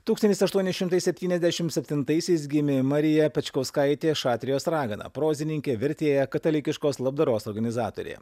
tūkstantis aštuoni šimtai septyniasdešimt septintaisiais gimė marija pečkauskaitė šatrijos ragana prozininkė vertėja katalikiškos labdaros organizatorė